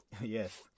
Yes